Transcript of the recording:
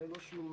ללא שום